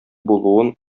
булуын